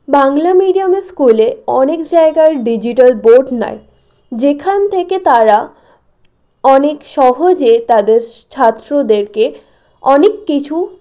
বাংলা মিডিয়ামের স্কুলে অনেক জায়গায় ডিজিটাল বোর্ড নাই যেখান থেকে তারা অনেক সহজে তাদের ছাত্রদেরকে অনেক কিছু